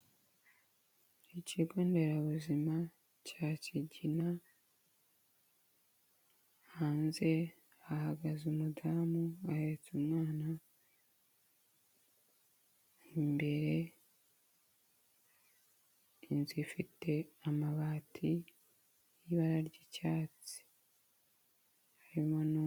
ikigonderabuzima cya Kigina, hanze hahagaze umudamu ahetse umwana, imbere inzu ifite amabati y'ibara ry'icyatsi harimo.